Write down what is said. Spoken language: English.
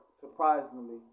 surprisingly